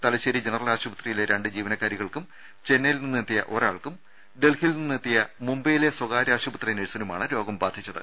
Thalassery general ആശുപത്രിയിലെ രണ്ട് ജീവനക്കാരികൾക്കും ചെന്നൈയിൽ നിന്നെത്തിയ ഒരാൾക്കും ഡൽഹിയിൽ നിന്നെത്തിയ മുംബൈയിലെ സ്വകാര്യ ആശുപത്രി നഴ്സിനുമാണ് രോഗം ബാധിച്ചത്